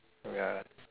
ya